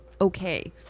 okay